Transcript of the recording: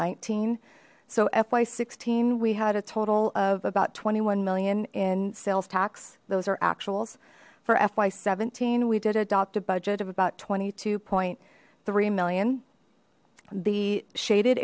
nineteen so fy sixteen we had a total of about twenty one million in sales tax those are actuals for fy seventeen we did adopt a budget of about twenty two three million the shaded